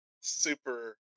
super